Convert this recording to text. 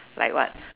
like what